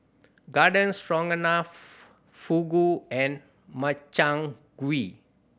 Garden Stroganoff Fugu and Makchang Gui